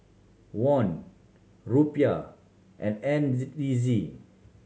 Won Rupiah and N Z D Z